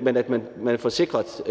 men man skal have sikret